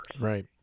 Right